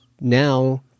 now